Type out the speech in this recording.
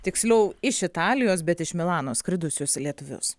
tiksliau iš italijos bet iš milano skridusius lietuvius